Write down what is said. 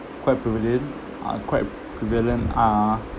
quite prevalent are quite prevalent uh